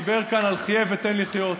חבר הכנסת גפני דיבר כאן על "חיה ותן לחיות".